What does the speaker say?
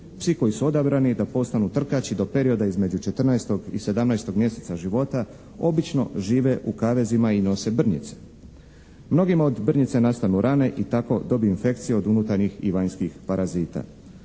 Psi koji su odabrani da postanu trkaći do perioda između 14. i 17. mjeseca života, obično žive u kavezima i nose brnjice. Mnogima od brnjica nastanu rane i tako dobiju infekciju od unutarnjih i vanjskih prazita.